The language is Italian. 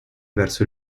verso